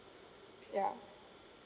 ya